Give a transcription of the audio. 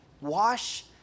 Wash